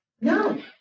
No